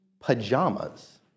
pajamas